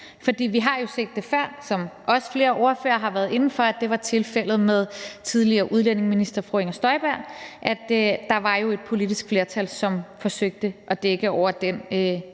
for vi har jo, som andre ordførere også har været inde på, set det før. Det var tilfældet med tidligere udlændingeminister fru Inger Støjberg – der var jo et politisk flertal, som forsøgte at dække over den